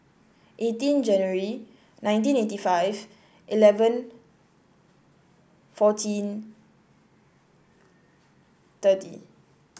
eighteen January nineteen eighty five eleven fourteen thirty